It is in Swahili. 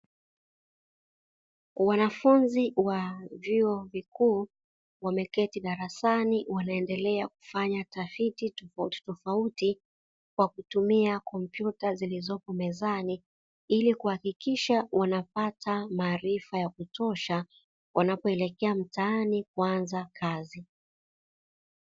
Wanafunzi wa vyuo vikuu wameketi darasani wanaendelea kufanya tafiti tofautitofauti, kwa kutumia kompyuta zilizopo mezani ili kuhakikisha wanapata maarifa ya kutosha, wanapoelekea mtaani kuanza kazi.